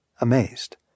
Amazed